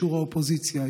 אישור האופוזיציה,